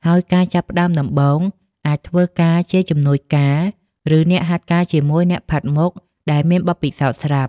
ហើយការចាប់ផ្តើមដំបូង អាចធ្វើការជាជំនួយការ ឬអ្នកហាត់ការជាមួយអ្នកផាត់មុខដែលមានបទពិសោធន៍ស្រាប់។